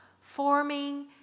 forming